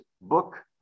book